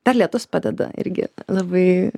dar lietus padeda irgi labai